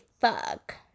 fuck